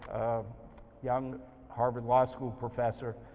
a young harvard law school professor,